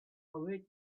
await